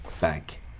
back